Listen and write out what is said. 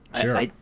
Sure